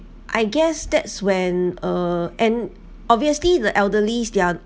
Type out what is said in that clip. I guess that's when uh and obviously the elderly they're